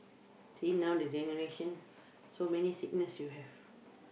see now the generation so many sickness you have